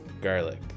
garlic